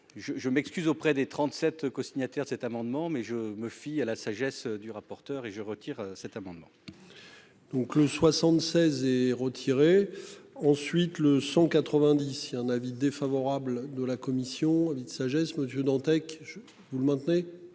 je m'excuse auprès des 37 co-signataire de cet amendement mais je me fie à la sagesse du rapporteur, et je retire cet amendement. Donc le 76 et retirer ensuite le 190 si un avis défavorable de la commission sagesse Monsieur Dantec. Je vous le maintenez.